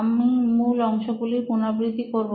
আমি মূল অংশগুলোর পুনরাবৃত্তি করবো